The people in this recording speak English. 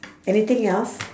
anything else